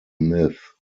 myth